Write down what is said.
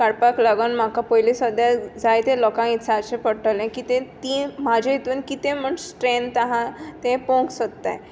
काडपाक लागून म्हाका पयले सद्याक जायते लोकांक विचारचें पडटलें की ते तीं म्हजे हितून कितें म्हूण स्थ्रँथ आसा तें पळोवंक सोदताय